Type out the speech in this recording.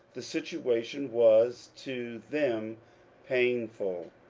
the situation was to them painful.